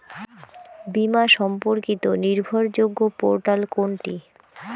বীমা সম্পর্কিত নির্ভরযোগ্য পোর্টাল কোনটি?